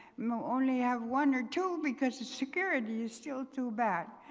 um only have one or two because the security is still too bad.